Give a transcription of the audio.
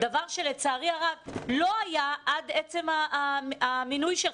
דבר שלצערי הרב לא היה עד עצם המינוי שלך.